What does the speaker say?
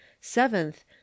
seventh